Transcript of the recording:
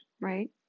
right